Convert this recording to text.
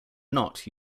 not